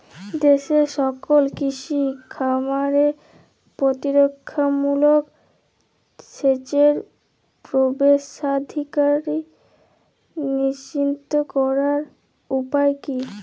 দেশের সকল কৃষি খামারে প্রতিরক্ষামূলক সেচের প্রবেশাধিকার নিশ্চিত করার উপায় কি?